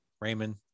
Raymond